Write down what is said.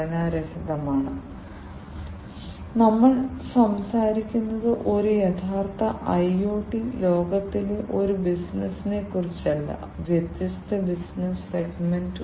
അപ്പോൾ നിങ്ങൾക്ക് കുറഞ്ഞ ചിലവ് ഉണ്ട് ഒരു സ്മാർട്ട് സെൻസറിനെക്കുറിച്ച് ഞാൻ പറയുന്ന ഏറ്റവും പ്രധാനപ്പെട്ട പ്രവർത്തനം